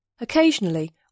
Occasionally